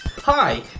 Hi